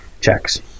checks